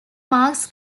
marks